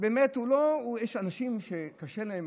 יש אנשים שקשה להם.